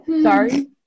Sorry